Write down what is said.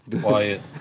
Quiet